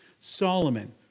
Solomon